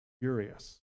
furious